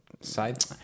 side